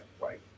right